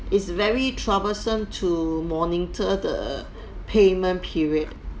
is very troublesome to monitor the payment period